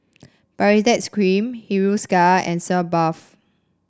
Baritex Cream Hiruscar and Sitz Bath